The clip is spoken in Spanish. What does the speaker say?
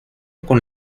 con